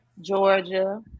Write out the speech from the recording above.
Georgia